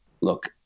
look